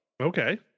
Okay